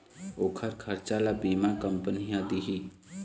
ओखर खरचा ल बीमा कंपनी ह दिही